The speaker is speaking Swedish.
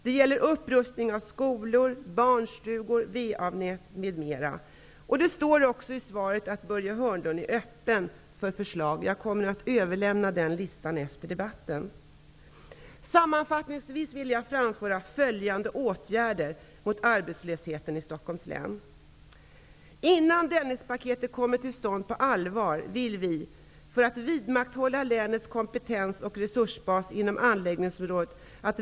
Det gäller upprustning av skolor, barnstugor och VA-nät, m.m. I svaret som Börje Hörnlund lämnade, står det att han är öppen för förslag. Jag kommer efter debatten att överlämna listan. Sammanfattningsvis vill jag framföra följande åtgärder mot arbetslösheten i Stockholms län. Vi vill att Vägverket tilldelas ytterligare medel, innan Dennispaketet kommer till stånd på allvar, för att vidmakthålla länets kompetens och resursbas inom anläggningsområdet.